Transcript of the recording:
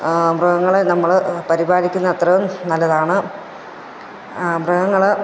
മൃഗങ്ങളെ നമ്മൾ പരിപാലിക്കുന്നത് അത്രയും നല്ലതാണ് മൃഗങ്ങൾ